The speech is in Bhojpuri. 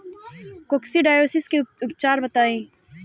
कोक्सीडायोसिस के उपचार बताई?